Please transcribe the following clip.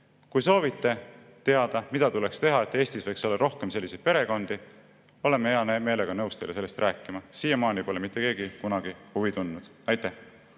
Kui soovite teada, mida tuleks teha, et Eestis võiks olla rohkem selliseid perekondi, oleme hea meelega nõus teile sellest rääkima. Siiamaani pole mitte keegi kunagi huvi tundnud. Aitäh!